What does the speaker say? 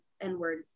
n-word